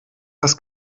was